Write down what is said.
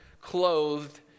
clothed